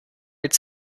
mit